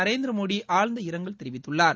நரேந்திர மோடி ஆழந்த இரங்கல் தெரிவித்துள்ளார்